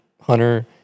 Hunter